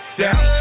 down